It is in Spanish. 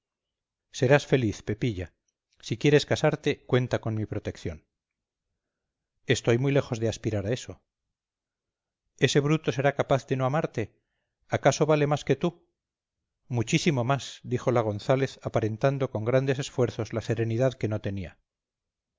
serás feliz pepilla si quieres casarte cuenta con mi protección estoy muy lejos de aspirar a eso ese bruto será capaz de no amarte acaso vale más que tú muchísimo más dijo la gonzález aparentando con grandes esfuerzos la serenidad que no tenía